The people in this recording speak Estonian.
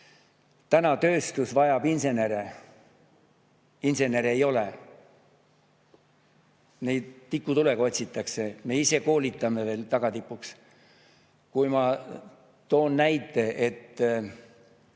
täna tööstus vajab insenere? Insenere ei ole. Neid tikutulega otsitakse, me ise koolitame veel tagatipuks. Ma toon näite.